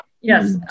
Yes